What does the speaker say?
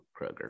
Kroger